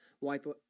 wipe